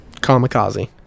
Kamikaze